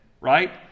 right